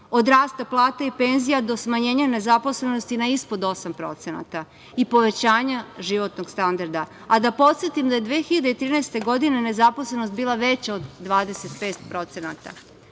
od rasta plata i penzija do smanjenja nezaposlenosti na ispod 8% i povećanja životnog standarda. Da podsetim da je 2013. godine nezaposlenost bila veća od